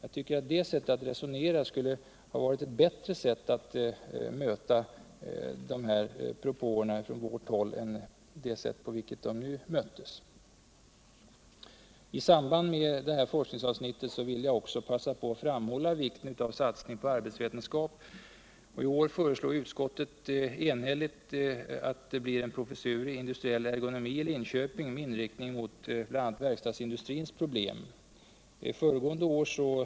Detta sätt att resonera skulle ha varit en bättre metod att möta våra förslag än det sätt på vilket de nu bemötts. I samband med forskningsavsnittet vill jag också passa på att framhålla — Nr 150 vikten av satsning på arbetsvetenskapen. I år föreslår utskottet enhälligt en Onsdagen den professur i industriell ergonomi i Linköping med inriktning mot bl.a. 24 maj 1978 verkstadsindustrins problem.